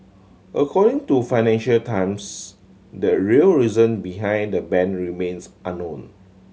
according to Financial Times the real reason behind the ban remains unknown